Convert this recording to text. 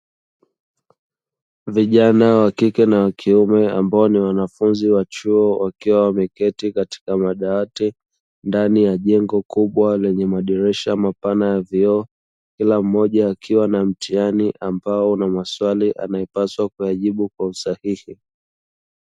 Vijana wa kike na wa kiume ambao ni wanafunzi wa chuo wakiwa wameketi katika madawati ndani ya jengo kubwa lenye madirisha mapana ya vioo, kila mmoja akiwa na mtihani ambao una maswali anayopaswa kuyajibu kwa usahihi.